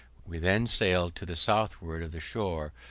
we then sailed to the southward of the shore,